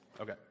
Okay